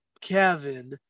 Kevin